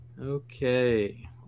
Okay